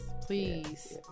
please